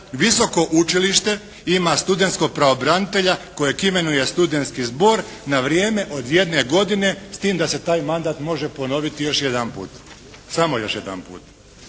visoko učilište ima studentskog pravobranitelja kojeg imenuje studentski zbor na vrijeme od jedne godine, s tim da se taj mandat može ponoviti još jedanput, samo još jedanput.